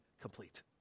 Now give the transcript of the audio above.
complete